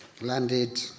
landed